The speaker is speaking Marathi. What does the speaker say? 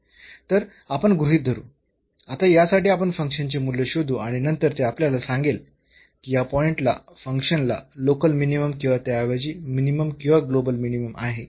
तर आपण गृहीत धरू आता यासाठी आपण फंक्शनचे मूल्य शोधू आणि नंतर ते आपल्याला सांगेल की या पॉईंटला फंक्शनला लोकल मिनिमम किंवा त्याऐवजी मिनिमम किंवा ग्लोबल मिनिमम आहे किंवा नाही